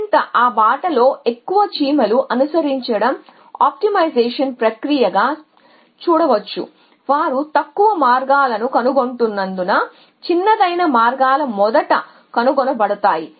మరియు ఆ బాటలో ఎక్కువ చీమలు అనుసరించడం ఆప్టిమైజేషన్ ప్రక్రియగా చూడవచ్చువారు తక్కువ మార్గాలను కనుగొంటున్నందున చిన్నదైన మార్గాలు మొదట కనుగొనబడతాయి